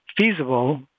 feasible